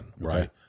right